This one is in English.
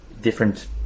different